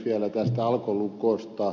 vielä tästä alkolukosta